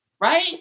right